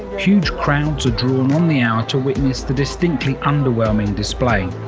huge crowds are drawn on the hour to witness the distinctly underwhelming display.